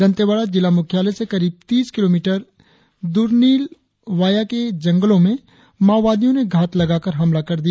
दंतेवाड़ा जिला मुख्यालय से करीब तीस किलोमीटर दूरनीलवाया के जंगलों में माओवादियों ने घात लगाकार हमला किया